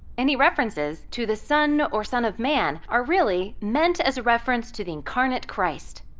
any references to the son or son of man are really meant as a reference to the incarnate christ.